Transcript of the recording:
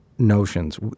notions